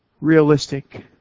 realistic